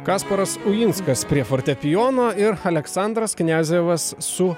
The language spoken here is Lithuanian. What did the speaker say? kasparas ulinskas prie fortepijono ir aleksandras kniazevas su